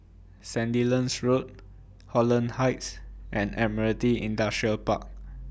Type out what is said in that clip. Sandilands Road Holland Heights and Admiralty Industrial Park